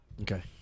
Okay